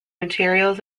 materials